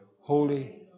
Holy